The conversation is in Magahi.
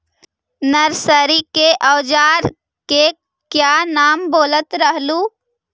नरसरी के ओजार के क्या नाम बोलत रहलू?